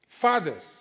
Fathers